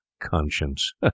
Conscience